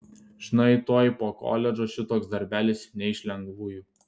žinai tuoj po koledžo šitoks darbelis ne iš lengvųjų